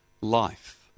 life